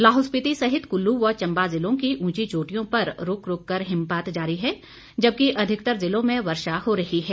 लाहौल स्पीति सहित कुल्लू व चंबा जिलों की उंची चोटियों पर रूक रूक हिमपात जारी है जबकि अधिकतर जिलों में वर्षा हो रही है